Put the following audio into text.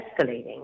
escalating